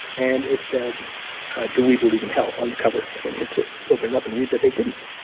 and it said do we believe in hell? on the cover. and then you had to open up and read that they didn't.